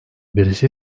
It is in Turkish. birisi